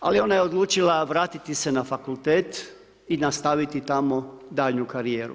ali ona je odlučila vratiti se na fakultet i nastaviti tamo daljnju karijeru.